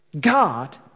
God